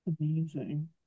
Amazing